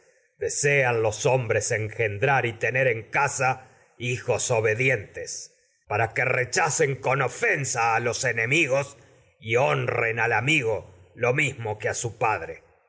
pues los hombres engendrar tener en casa hijos obedientes para que rechacen con ofensa ántígülíá a los eñemígos y honren al amigo lo mismo que a su padre